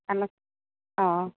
অঁ